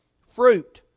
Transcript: fruit